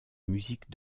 musique